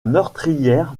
meurtrière